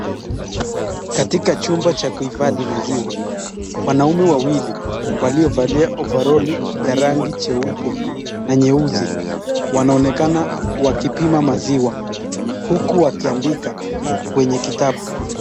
Katika chumba cha kuhifadhi maziwa, wanaume wawili waliovalia ovaroli ya rangi jeupe na nyeusi wanaonekana wakipima maziwa uku wakiandika kwenye kitabu.